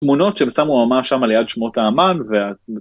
‫תמונות שהם שמו ממש שמה ‫ליד שמות האמן.